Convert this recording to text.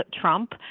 Trump